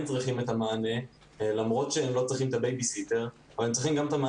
צריכים את המענה למרות שהם לא צריכים את הבייבי-סיטר.